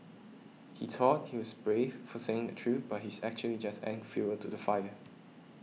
he thought he was brave for saying the truth but he's actually just adding fuel to the fire